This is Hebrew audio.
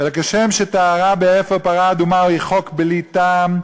אלא כשם שטהרה באפר פרה אדומה היא חוק בלי טעם,